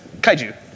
Kaiju